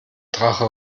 drache